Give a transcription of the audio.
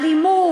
אלימות,